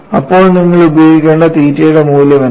അപ്പോൾ നിങ്ങൾ ഉപയോഗിക്കേണ്ട തീറ്റയുടെ മൂല്യം എന്താണ്